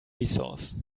resource